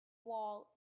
wall